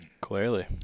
Clearly